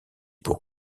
pour